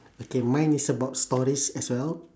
okay mine is about stories as well